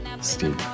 Steve